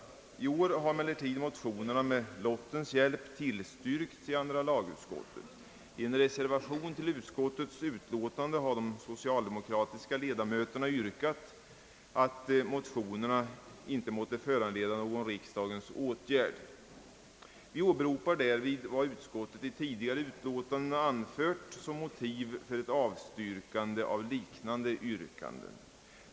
I år har emellertid motionerna med lottens hjälp tillstyrkts i andra lagutskottet. I en reservation till utskottets utlåtande har de socialdemokratiska ledamöterna yrkat att motionerna icke måtte föranleda någon riksdagens åtgärd. Vi åberopar därvid vad utskottet i tidigare utlåtanden anfört som motiv för sitt avstyrkande av liknande yrkanden.